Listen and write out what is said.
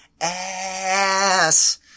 ass